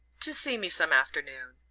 to see me some afternoon,